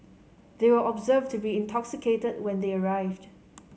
they were observed to be intoxicated when they arrived